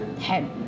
head